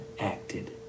acted